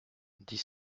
dix